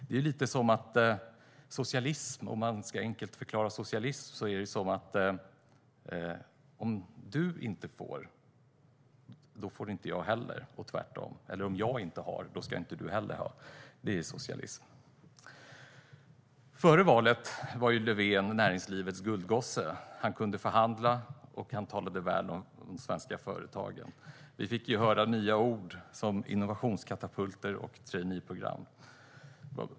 Det är lite som socialism, som enkelt kan förklaras så här: Om du inte får får inte jag heller, och tvärtom, och om jag inte har ska inte du ha heller. Det är socialism. Före valet var Löfven näringslivets guldgosse. Han kunde förhandla och talade väl om de svenska företagen. Vi fick höra nya ord som innovationskatapulter och traineeprogram.